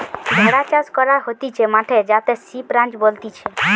ভেড়া চাষ করা হতিছে মাঠে যাকে সিপ রাঞ্চ বলতিছে